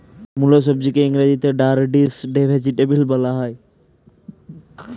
মুলো সবজিকে ইংরেজিতে র্যাডিশ ভেজিটেবল বলা হয়